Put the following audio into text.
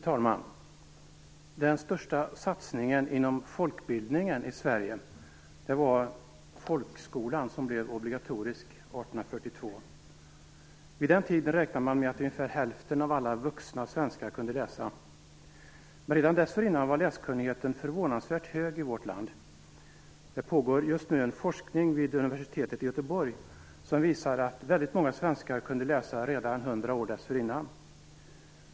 Fru talman! Den största satsningen inom folkbildningen i Sverige har varit folkskolan, som blev obligatorisk 1842. Vid den tiden räknar man med att ungefär hälften av alla vuxna svenskar kunde läsa. Men redan dessförinnan var läskunnigheten förvånansvärt hög i vårt land. Det pågår just nu forskning vid universitetet i Göteborg som visar att väldigt många svenskar kunde läsa redan 100 år tidigare.